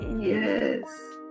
yes